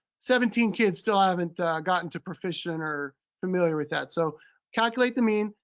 seventeen kids still haven't gotten to proficient or familiar with that. so calculate the mean.